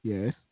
Yes